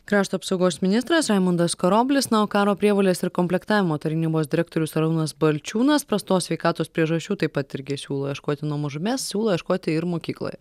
krašto apsaugos ministras raimundas karoblis na o karo prievolės ir komplektavimo tarnybos direktorius arūnas balčiūnas prastos sveikatos priežasčių taip pat irgi siūlo ieškoti nuo mažumės siūlo ieškoti ir mokykloje